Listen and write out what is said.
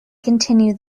continue